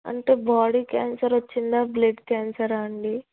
అంటే body cancer వచ్చిందా blood క్యాన్సరా అండి